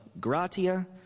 gratia